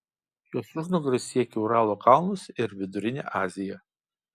jos užnugaris siekia uralo kalnus ir vidurinę aziją